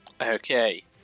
Okay